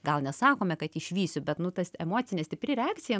gal nesakome kad išvysiu bet nu tas emocinė stipri reakcija